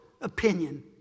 opinion